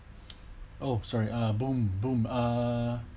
oh sorry a boom boom uh